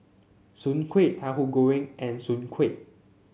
Soon Kway Tahu Goreng and Soon Kway